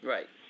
Right